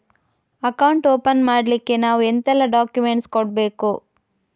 Account open ಮಾಡ್ಲಿಕ್ಕೆ ನಾವು ಎಂತೆಲ್ಲ ಡಾಕ್ಯುಮೆಂಟ್ಸ್ ಕೊಡ್ಬೇಕು?